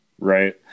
Right